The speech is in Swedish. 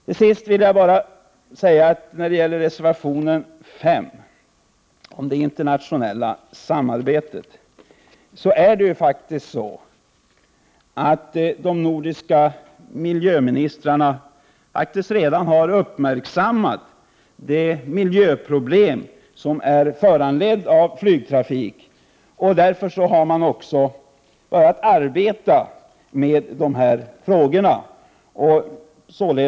Till sist vill jag säga när det gäller reservation 5 om det internationella samarbetet att de nordiska miljöministrarna faktiskt har uppmärksammat de miljöproblem som är föranledda av flygtrafik. Man har börjat arbeta med dessa frågor.